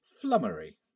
flummery